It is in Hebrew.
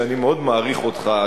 שאני מאוד מעריך אותך,